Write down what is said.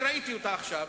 ראיתי אותה רק עכשיו.